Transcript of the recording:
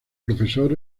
profesor